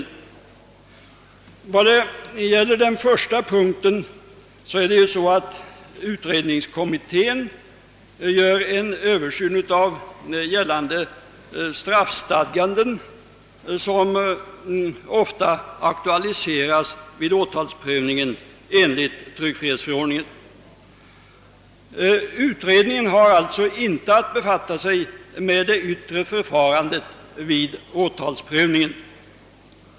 I vad gäller den första punkten gör kommittén för lagstiftningen om yttrandeoch tryckfrihet för närvarande en översyn av gällande straffstadganden, som ofta aktualiseras vid åtalsprövningen enligt tryckfrihetsförordningen. Utredningen har alltså inte att befatta sig med det yttre förfarandet vid åtalsprövningen.